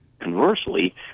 conversely